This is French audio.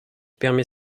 permet